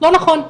לא נכון.